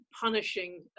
punishing